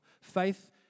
Faith